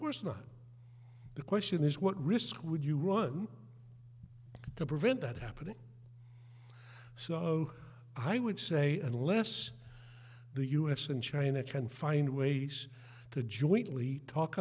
course not the question is what risk would you run to prevent that happening so i would say unless the u s and china can find ways to jointly talk